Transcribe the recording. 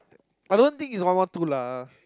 I don't think is one one two lah